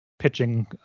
Pitching